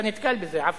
אתה נתקל בזה, עפו?